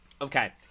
Okay